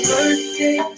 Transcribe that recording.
Birthday